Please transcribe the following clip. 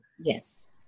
Yes